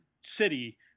city